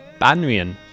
Banrian